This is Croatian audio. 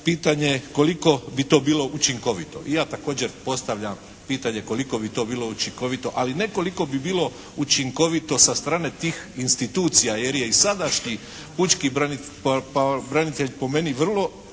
pitanje koliko bi to bilo učinkovito? I ja također postavljam pitanje koliko bi to bilo učinkovito? Ali ne koliko bi bilo učinkovito sa strane tih institucija jer je i sadašnji pučki pravobranitelj po meni vrlo